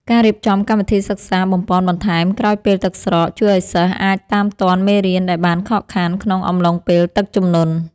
ការរៀបចំកម្មវិធីសិក្សាបំប៉នបន្ថែមក្រោយពេលទឹកស្រក ជួយឱ្យសិស្សអាចតាមទាន់មេរៀនដែលបានខកខានក្នុងអំឡុងពេលទឹកជំនន់។